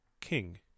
king